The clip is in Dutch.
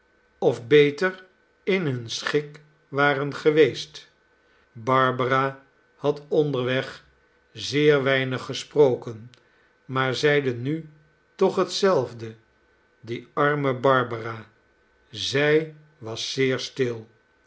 of beter in hun schik waren geweest barbara had onderweg zeer weinig gesproken maar zeide nu toch hetzelfde die arme barbara zij was zeer stil